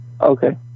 Okay